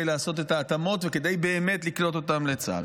לעשות את ההתאמות וכדי באמת לקלוט אותם לצה"ל,